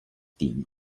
team